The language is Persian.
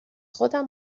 خودم